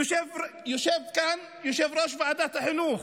יושב כאן יושב-ראש ועדת החינוך.